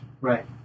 Right